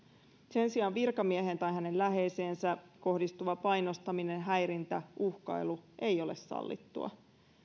sen sijaan virkamieheen tai hänen läheiseensä kohdistuva painostaminen häirintä uhkailu ei ole sallittua